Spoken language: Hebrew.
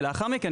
לאחר מכן,